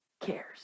Cares